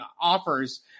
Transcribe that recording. offers